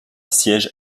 siège